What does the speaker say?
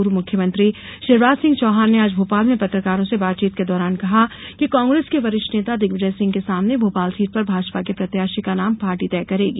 पूर्व मुख्यमंत्री शिवराज सिंह चौहान ने आज भोपाल में पत्रकारों से बातचीत के दौरान कहा कि कांग्रेस के वरिष्ठ नेता दिग्विजय सिंह के सामने भोपाल सीट पर भाजपा के प्रत्याशी का नाम पार्टी तय करेगी